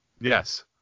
Yes